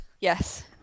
Yes